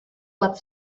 bat